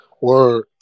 Word